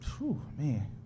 Man